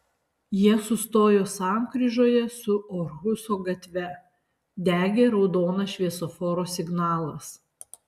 jie sustojo sankryžoje su orhuso gatve degė raudonas šviesoforo signalas